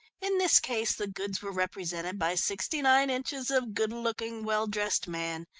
in this case the goods were represented by sixty-nine inches of good-looking, well-dressed man,